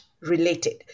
related